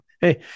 Hey